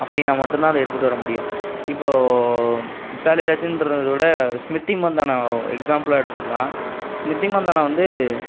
அப்படினா மட்டும் தான் அதை எடுத்துகிட்டு வர முடியும் இப்போ மித்தாலி ராஜின்றதை விட ஸ்மித்தி மந்தனா எக்ஸாம்பிளா எடுத்துக்கலாம் ஸ்மித்தி மந்தனா வந்து